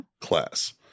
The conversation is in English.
Class